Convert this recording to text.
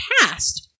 past